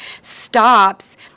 stops